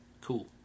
Cool